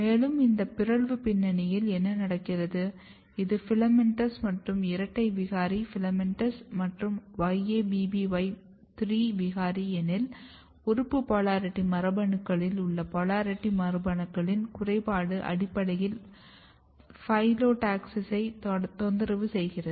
மேலும் இந்த பிறழ்வு பின்னணியில் என்ன நடக்கிறது இது filamentous மற்றும் இரட்டை விகாரி filamentous மற்றும் YABBY 3 விகாரி எனில் உறுப்பு போலாரிட்டி மரபணுக்களில் உள்ள போலாரிட்டி மரபணுக்களின் குறைபாடு அடிப்படையில் பைலோடாக்சிஸைத் தொந்தரவு செய்கிறது